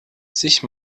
sich